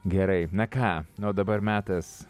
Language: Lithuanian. gerai na ką na o dabar metas